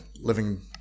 living